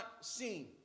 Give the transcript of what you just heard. seen